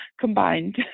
combined